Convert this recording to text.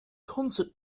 concert